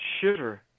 shiver